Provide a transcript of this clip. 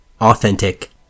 authentic